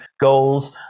goals